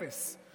אפס.